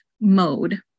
mode